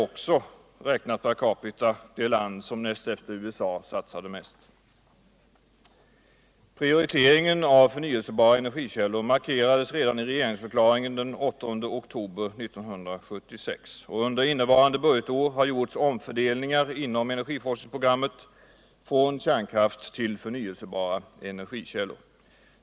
också räknat per capita, det land som näst efter USA satsade mest. Prioriteringen av förnyelsebara energikällor markerades redan i regeringsförklaringen den 8 oktober 1976. Under innevarande budgetår har gjorts omfördelningar inom encergiforskningsprogrammet från kärnkraft till förnyelsebara energikällor.